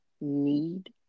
need